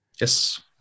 Yes